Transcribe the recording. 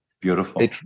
beautiful